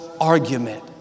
argument